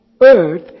earth